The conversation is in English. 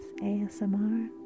ASMR